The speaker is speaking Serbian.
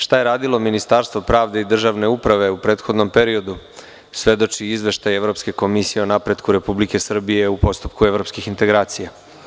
Šta je radilo Ministarstvo pravde i državne uprave u prethodnom periodu, svedoči izveštaj Evropske komisije o napretku Republike Srbije u postupku evropskih integracija.